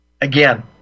Again